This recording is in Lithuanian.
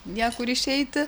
niekur išeiti